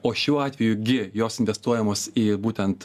o šiuo atveju gi jos investuojamos į būtent